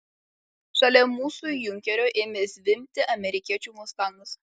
šalia mūsų junkerio ėmė zvimbti amerikiečių mustangas